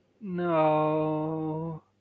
No